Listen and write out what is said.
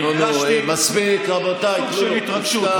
כיהודי הרגשתי סוג של התרגשות,